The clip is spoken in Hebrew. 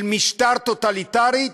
של משטר טוטליטרי,